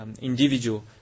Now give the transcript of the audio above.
individual